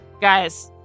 Guys